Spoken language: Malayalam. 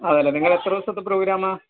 അതെയല്ലേ നിങ്ങളെത്ര ദിവസത്തെ പ്രോഗ്രാമാണ്